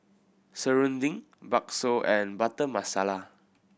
Serunding Bakso and Butter Masala